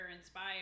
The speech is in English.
inspired